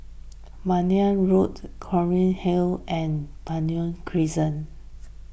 Minden Road Clunny Hill and Benoi Crescent